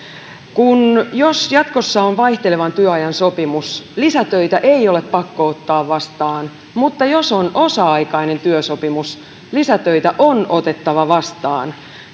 jos jatkossa on vaihtelevan työajan sopimus lisätöitä ei ole pakko ottaa vastaan mutta jos on osa aikainen työsopimus lisätöitä on otettava vastaan